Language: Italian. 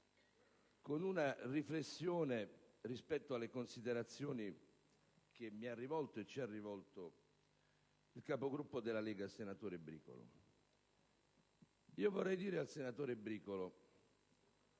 con una riflessione rispetto alle considerazioni che mi ha rivolto, e ci ha rivolto, il capogruppo della Lega, senatore Bricolo. Senatore Bricolo,